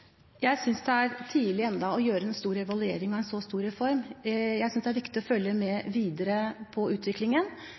Jeg synes det er tidlig ennå å gjøre en stor evaluering av en så stor reform, jeg synes det er viktig å følge med videre på utviklingen.